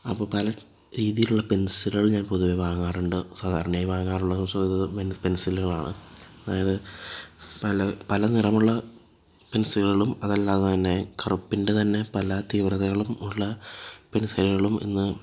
അപ്പോൾ പല രീതിയിലുള്ള പെന്സിലുകള് ഞാന് പൊതുവേ വാങ്ങാറുണ്ട് സാധാരണയായി വാങ്ങാറുള്ളത് പെന്സില് വാങ്ങുക അതായത് പല നിറമുള്ള പെന്സിലുകളും അതല്ലാതെതന്നെ കറുപ്പിന്റെ തന്നെ പല തീവ്രതകളും ഉള്ള പെന്സിലുകളും ഇന്ന്